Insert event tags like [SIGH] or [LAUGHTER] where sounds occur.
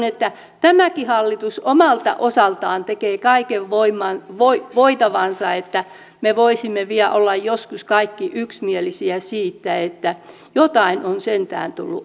[UNINTELLIGIBLE] että tämäkin hallitus omalta osaltaan tekee kaiken voitavansa että me voisimme vielä olla joskus kaikki yksimielisiä siitä että jotain on sentään tullut